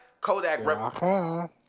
Kodak